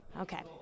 Okay